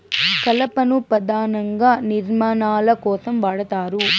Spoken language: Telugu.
కలపను పధానంగా నిర్మాణాల కోసం వాడతారు